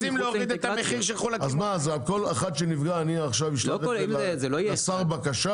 אז אני אומר זה הסעיף העיקרי,